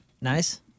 nice